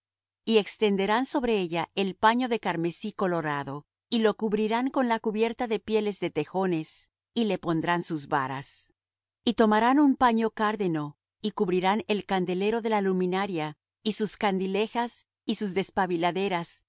y extenderán sobre ella el paño de carmesí colorado y lo cubrirán con la cubierta de pieles de tejones y le pondrán sus varas y tomarán un paño cárdeno y cubrirán el candelero de la luminaria y sus candilejas y sus despabiladeras